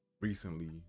recently